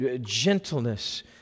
gentleness